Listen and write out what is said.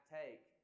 take